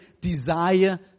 desire